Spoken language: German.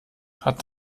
hat